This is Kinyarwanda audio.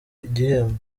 igihembo